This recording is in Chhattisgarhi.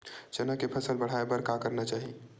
चना के फसल बढ़ाय बर का करना चाही?